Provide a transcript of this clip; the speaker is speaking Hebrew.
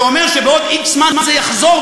זה אומר שבעוד x זמן זה יחזור,